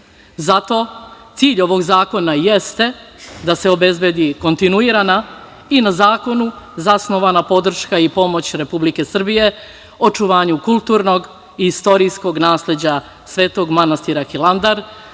cilj ovog zakona i jeste da se obezbedi kontinuirana i na zakonu zasnovana podrška i pomoć Republike Srbije, očuvanju kulturnog i istorijskog nasleđa Svetog manastira Hilandar,